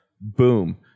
Boom